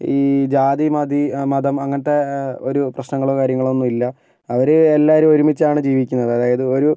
ഈ ജാതി മതി മതം അങ്ങനത്തെ പ്രശ്നങ്ങളും കാര്യങ്ങളൊന്നുമില്ല അവര് എല്ലാവരും ഒരുമിച്ചാണ് ജീവിക്കുന്നതും അതായത് ഒരു